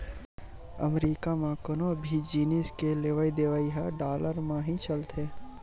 अमरीका म कोनो भी जिनिस के लेवइ देवइ ह डॉलर म ही चलथे